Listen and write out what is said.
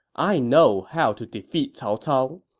i know how to defeat cao cao.